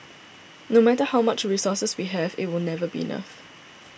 no matter how much resources we have it will never be enough